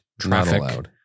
traffic